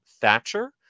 Thatcher